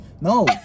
No